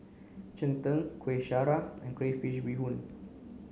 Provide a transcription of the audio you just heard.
Cheng Tng Kueh Syara and Crayfish Beehoon